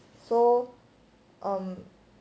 so um